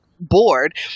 board